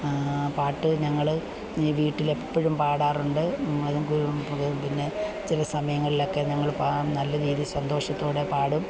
പാട്ട് ഞങ്ങൾ ഈ വീട്ടിലെപ്പോഴും പാടാറുണ്ട് പിന്നെ ചില സമയങ്ങളിലൊക്കെ ഞങ്ങൾ പാടും നല്ല രീതിയിൽ സന്തോഷത്തോടെ പാടും